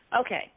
Okay